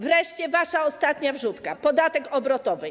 Wreszcie wasza ostatnia wrzutka: podatek obrotowy.